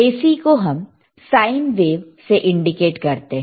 AC को हम sine wave से इंडिकेट करते हैं